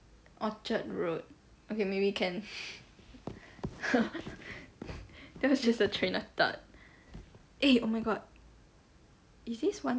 orchard road okay maybe can that was just a train of thought eh oh my god is this [one]